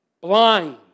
Blind